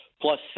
Plus